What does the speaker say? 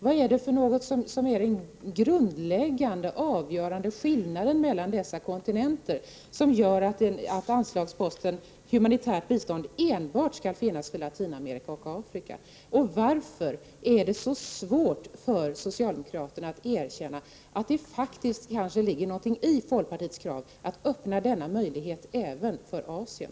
Vad är det för grundläggande skillnad mellan dessa kontinenter som gör att anslagsposten Humanitärt bistånd enbart skall finnas för Latinamerika och Afrika? Varför är det så svårt för socialdemokraterna att erkänna att det faktiskt ligger någonting i folkpartiets krav att öppna denna möjlighet även för Asien?